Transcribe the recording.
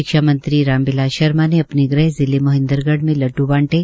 शिक्षा मंत्री राम बिलास शर्मा ने अपने ग़ह जिले महेन्द्रगढ़ में लड़डू बांटे